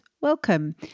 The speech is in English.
welcome